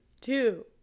two